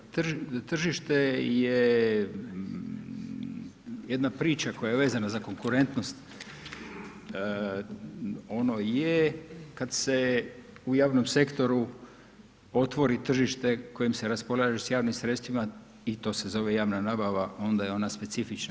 Tržište je jedna priča koja je vezana za konkurentnost, ono je kad se u javnom sektoru otvori tržište kojim se raspolaže s javnim sredstvima i to se zove javna nabava onda je ona specifična.